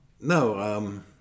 no